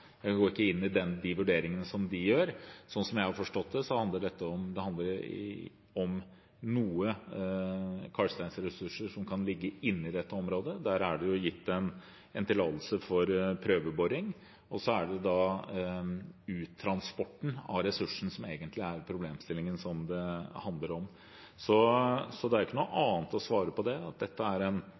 inn i de vurderingene som de gjør. Slik jeg har forstått det, handler dette om noen kalksteinsressurser som kan ligge inne i dette området. Der er det gitt en tillatelse til prøveboring, og så er det uttransporten av ressursen som egentlig er problemstillingen som det handler om. Så det er ikke noe annet å svare til det enn at dette er en